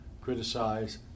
criticize